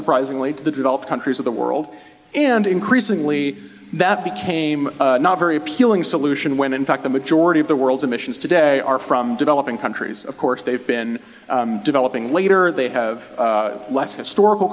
surprisingly to the developed countries of the world and increasingly that became a not very appealing solution when in fact the majority of the world's emissions today are from developing countries of course they've been developing later they have less historical